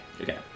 Okay